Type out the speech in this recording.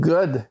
Good